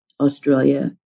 Australia